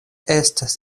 estas